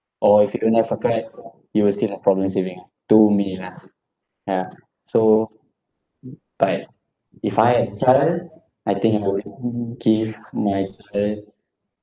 or if you don't have a card you will still having problem saving ah to me lah ya so but if I have a child I think I would give my children